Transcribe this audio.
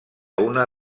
una